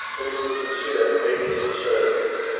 when he could con sider immediate concerns.